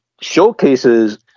showcases